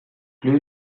lieu